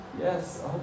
Yes